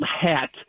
hat